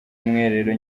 mwiherero